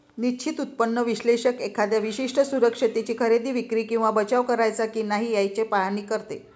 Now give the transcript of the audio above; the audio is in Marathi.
निश्चित उत्पन्न विश्लेषक एखाद्या विशिष्ट सुरक्षिततेची खरेदी, विक्री किंवा बचाव करायचा की नाही याचे पाहणी करतो